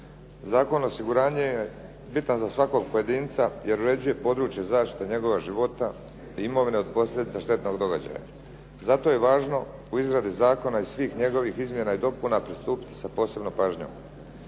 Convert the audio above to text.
Zakon o osiguranju je bitan za svakog pojedinca jer uređuje područje zaštite njegova života i imovine od posljedica štetnog događaja. Zato je važno u izradi zakona i svih njegovih izmjena i dopuna pristupiti sa posebnom pažnjom.